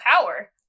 power